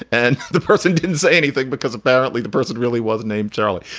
and the person didn't say anything because apparently the person really was named charlie.